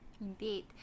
Indeed